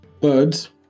birds